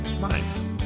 Nice